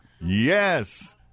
Yes